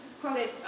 quoted